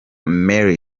mary